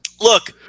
look